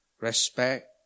Respect